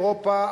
אירופה,